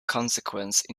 consequence